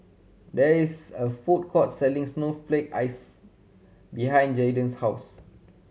there is a food court selling snowflake ice behind Jaiden's house